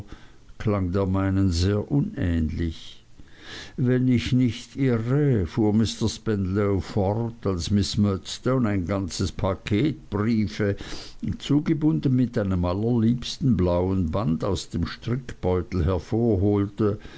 klang der meinen sehr unähnlich wenn ich nicht irre fuhr mr spenlow fort als miß murdstone ein ganzes paket briefe zugebunden mit einem allerliebsten blauen band aus dem strickbeutel hervorholte